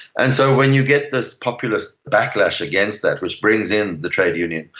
and so when you get this populist backlash against that, which brings in the trade union,